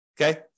okay